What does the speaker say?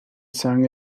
sang